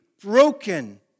broken